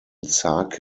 sake